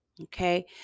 Okay